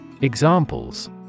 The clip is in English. Examples